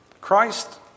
Christ